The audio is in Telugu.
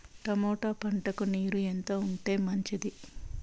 టమోటా పంటకు నీరు ఎంత ఉంటే మంచిది?